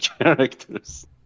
characters